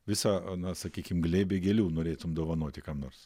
visą na sakykim glėbį gėlių norėtum dovanoti kam nors